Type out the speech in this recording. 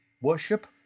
worship